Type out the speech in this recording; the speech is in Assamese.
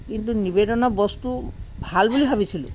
কিন্তু নিবেদনৰ বস্তু ভাল বুলি ভাবিছিলোঁ